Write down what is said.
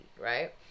right